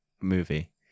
movie